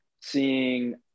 seeing